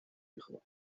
hijo